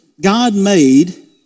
God-made